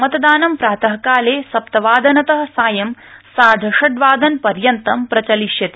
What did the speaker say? मतदानं प्रातकाले सप्तवादनत सायं सार्ध षड़वादन पर्यन्तं प्रचलिष्यति